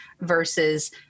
versus